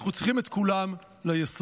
אנחנו צריכים את כולם ליסודות.